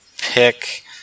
pick